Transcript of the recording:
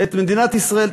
את מדינת ישראל,